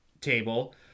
table